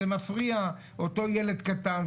זה מפריע לאותו ילד קטן.